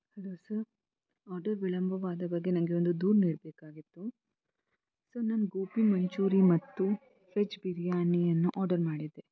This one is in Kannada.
ಹಲೋ ಸರ್ ಆರ್ಡರ್ ವಿಳಂಬವಾದ ಬಗ್ಗೆ ನನಗೆ ಒಂದು ದೂರು ನೀಡಬೇಕಾಗಿತ್ತು ಸರ್ ನಾನು ಗೋಬಿ ಮಂಚೂರಿ ಮತ್ತು ವೆಜ್ ಬಿರ್ಯಾನಿಯನ್ನು ಆರ್ಡರ್ ಮಾಡಿದ್ದೆ